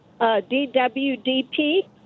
DWDP